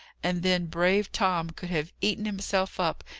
and then brave tom could have eaten himself up,